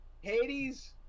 Hades